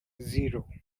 zero